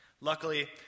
Luckily